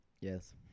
Yes